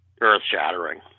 earth-shattering